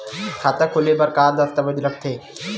खाता खोले बर का का दस्तावेज लगथे?